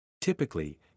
Typically